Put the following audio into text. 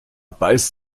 beißt